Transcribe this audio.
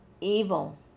evil